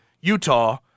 Utah